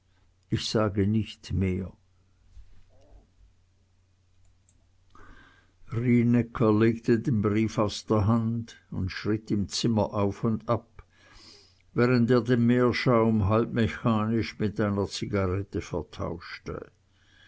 ich sage nicht mehr rienäcker legte den brief aus der hand und schritt im zimmer auf und ab während er den meerschaum halb mechanisch mit einer zigarette vertauschte